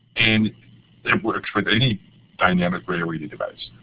and it works with any dynamic braille reader device.